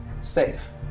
safe